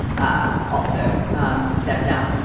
ah also um stepped down.